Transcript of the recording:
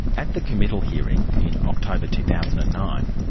at the committal hearing in october two thousand and nine,